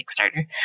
Kickstarter